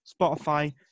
Spotify